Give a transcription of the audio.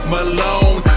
Malone